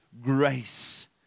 grace